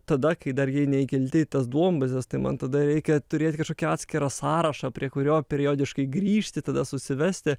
tada kai dar jie neįkelti į tas duombazes tai man tada reikia turėt kažkokį atskirą sąrašą prie kurio periodiškai grįžti tada susivesti